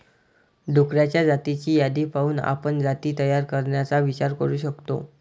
डुक्करांच्या जातींची यादी पाहून आपण जाती तयार करण्याचा विचार करू शकतो